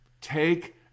Take